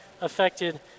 affected